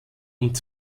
und